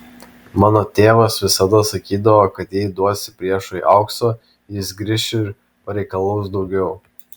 mano tėvas visada sakydavo kad jei duosi priešui aukso jis grįš ir pareikalaus daugiau